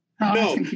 No